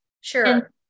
Sure